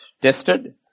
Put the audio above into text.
tested